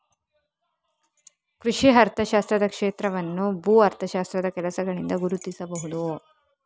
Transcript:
ಕೃಷಿ ಅರ್ಥಶಾಸ್ತ್ರದ ಕ್ಷೇತ್ರವನ್ನು ಭೂ ಅರ್ಥಶಾಸ್ತ್ರದ ಕೆಲಸಗಳಿಂದ ಗುರುತಿಸಬಹುದು